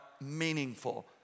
meaningful